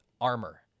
armor